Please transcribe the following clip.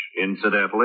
incidentally